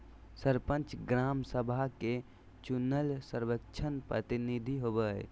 सरपंच, ग्राम सभा के चुनल सर्वोच्च प्रतिनिधि होबो हइ